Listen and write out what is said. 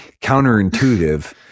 counterintuitive